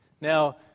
Now